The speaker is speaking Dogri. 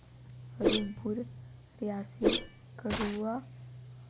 उधमपुर रियासी कठुआ